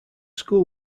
school